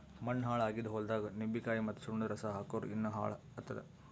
ಮಣ್ಣ ಹಾಳ್ ಆಗಿದ್ ಹೊಲ್ದಾಗ್ ನಿಂಬಿಕಾಯಿ ಮತ್ತ್ ಸುಣ್ಣದ್ ರಸಾ ಹಾಕ್ಕುರ್ ಇನ್ನಾ ಹಾಳ್ ಆತ್ತದ್